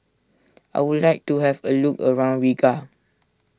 I would like to have a look around Riga